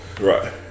Right